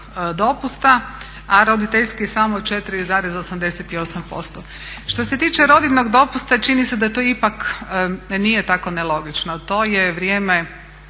dopusta a roditeljski samo 4,88% Što se tiče rodiljnog dopusta čini se da to ipak nije tako nelogično, to je vrijeme